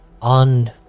On